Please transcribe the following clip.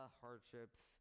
hardships